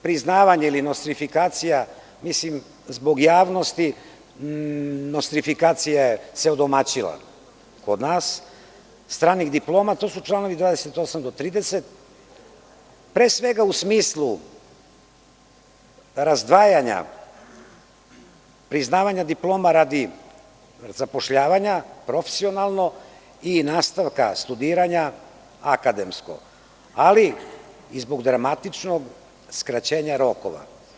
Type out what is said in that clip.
Priznavanje i nostrifikacija, nostrifikacija se odomaćila kod nas, stranih diploma, to su članovi od 28-30, pre svega u smislu razdvajanjapriznavanja diploma radi zapošljavanja, profesionalno, i nastavka studiranja, akademsko, kao i zbog dramatičnog skraćenja rokova.